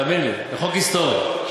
תבין, זה חוק היסטורי.